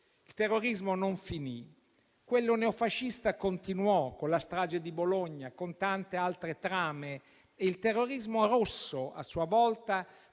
Il terrorismo non finì. Quello neofascista continuò con la strage di Bologna, con tante altre trame, e il terrorismo rosso, a sua volta,